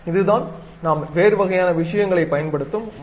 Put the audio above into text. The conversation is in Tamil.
இதுதான் நாம் வேறு வகையான விஷயங்களைப் பயன்படுத்தும் முறை